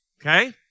okay